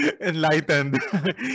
enlightened